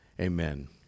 Amen